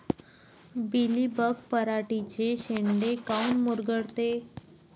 Mealybug पराटीचे चे शेंडे काऊन मुरगळते?